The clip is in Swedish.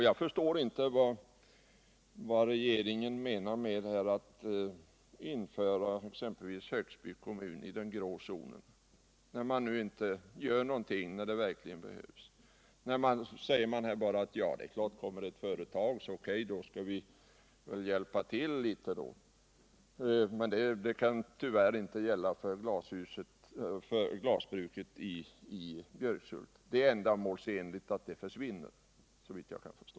Jag förstår inte vad regeringen menar med att införa exempelvis Högsby kommun i den grå zonen, eftersom man inte gör någonting nu när det verkligen behövs. Man säger bara: Det är klart att kommer det ett företag så O.K., då får vi väl hjälpa till litet. Men det kan tyvärr inte gälla för glasbruket i Björkshult. Det anses ändamålsenligt att det försvinner.